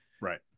Right